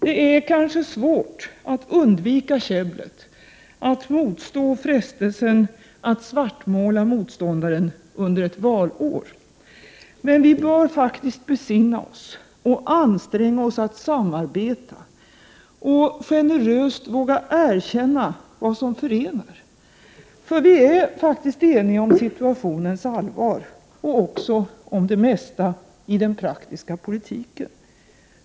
Det är kanske svårt att undvika käbblet, att motstå frestelsen att svartmåla motståndaren, under ett valår. Vi bör emellertid besinna oss och anstränga oss att samarbeta och att generöst våga erkänna vad som förenar. Vi är faktiskt eniga om situationens allvar och om det mesta i den praktiska politiken.